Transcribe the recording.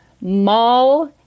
Mall